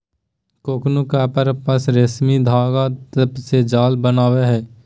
cocoon अपन आसपास रेशमी धागा से जाल बनावय हइ